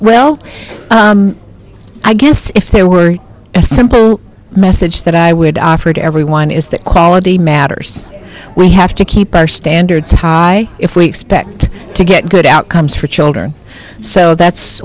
well i guess if there were a simple message that i would offer to everyone is that quality matters we have to keep our standards high if we expect to get good outcomes for children so that's